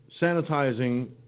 sanitizing